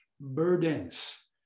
burdens